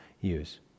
use